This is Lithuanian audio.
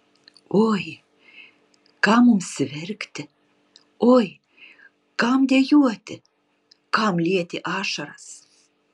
oi kam mums verkti oi kam dejuoti kam lieti ašaras